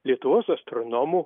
lietuvos astronomų